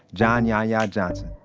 john yahya johnson,